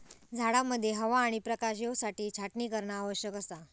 झाडांमध्ये हवा आणि प्रकाश येवसाठी छाटणी करणा आवश्यक असा